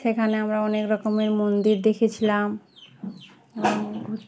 সেখানে আমরা অনেক রকমের মন্দির দেখেছিলাম